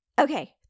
Okay